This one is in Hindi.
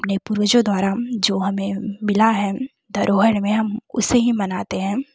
अपने पूर्वजों द्वारा जो में मिला है धरोहर में हम उसे ही मनाते हैं